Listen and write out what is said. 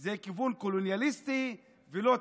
זה כיוון קולוניאליסטי ולא טבעי.